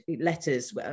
letters